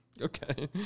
okay